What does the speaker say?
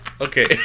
Okay